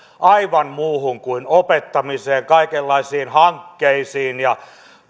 aivan muuhun kuin opettamiseen kaikenlaisiin hankkeisiin ja